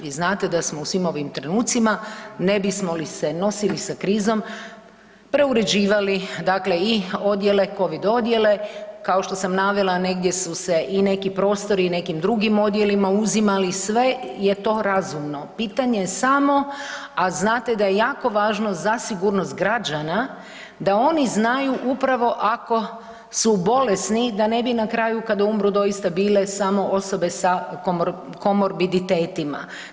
Vi znate da smo u svim ovim trenucima ne bismo li se nosili sa krizom preuređivali dakle i odjele, Covid odjele kao što sam navela negdje su se i neki prostori nekim drugim odjelima uzimali, sve je to razumno, pitanje je samo, a znate da je jako važno za sigurnost građana da oni znaju upravo ako su bolesni da ne bi na kraju kada umru doista bile samo osobe sa komorbiditetima.